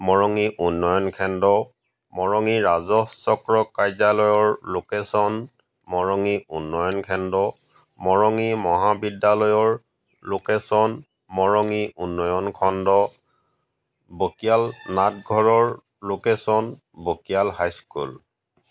মৰঙী উন্নয়ন খণ্ড মৰঙী ৰাজহ চক্ৰৰ কাৰ্যালয়ৰ লোকেচন মৰঙী উন্নয়ন খণ্ড মৰঙী মহাবিদ্যালয়ৰ লোকেচন মৰঙী উন্নয়ন খণ্ড বকিয়াল নাটঘৰৰ লোকেচন বকিয়াল হাইস্কুল